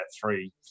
three